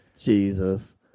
Jesus